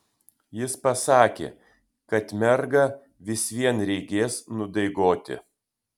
jis pasakė kad mergą vis vien reikės nudaigoti